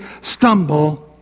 stumble